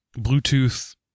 Bluetooth